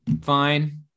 Fine